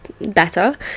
better